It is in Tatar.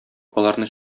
аларны